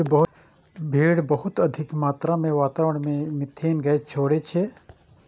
भेड़ बहुत अधिक मात्रा मे वातावरण मे मिथेन गैस छोड़ै छै